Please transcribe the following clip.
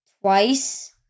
Twice